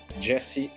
Jesse